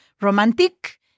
Romantic